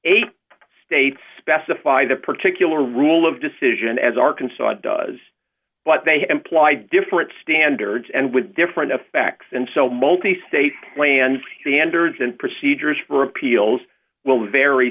eight states specify the particular rule of decision as arkansas does but they imply different standards and with different effects and so multi state land standards and procedures for appeals will vary